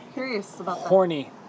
horny